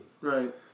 Right